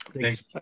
Thanks